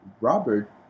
Robert